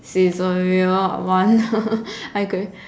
Saizeriya I want are you going